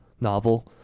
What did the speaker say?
novel